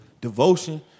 devotion